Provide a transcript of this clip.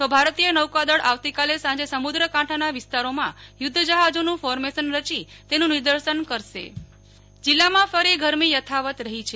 તો ભારતીય નૌકાદળ આવતીકાલે સાંજે સમુ દ્રકાંઠાના વિસ્તારોમાં યુ ધ્ધજ્જાજોનું ફોર્મેશન રચી તેનું નિદર્શન કરશે નેહ્લ ઠક્કર કચ્છ તાપમાન જીલ્લામાં ફરી ગરમી યથાવત રહી છે